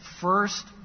first